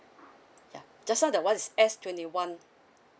ya just now that [one] is S twenty one